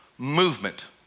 movement